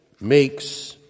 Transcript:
makes